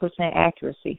accuracy